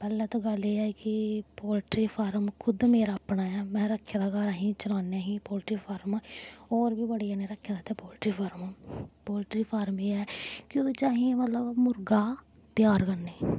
पैह्लें ते गल्ल एह् ऐ कि पोल्ट्री फार्म खुद मेरा अपना ऐ में रक्खे दा घर आहीं चलान्नें आहीं पोल्ट्री फार्म होर बी बड़ें जनें रक्खे दा इत्थै पोल्ट्री फार्म पोल्ट्री फार्म एह् ऐ कि ओह्दे च आहीं मतलब मुर्गा त्यार करने